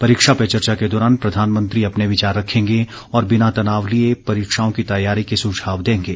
परीक्षा पे चर्चा के दौरान प्रधानमंत्री अपने विचार रखेंगे और बिना तनाव लिए परीक्षाओं की तैयारी के सुझाव देंगे